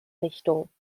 richtung